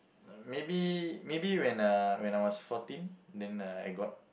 maybe maybe when uh when I was fourteen then I got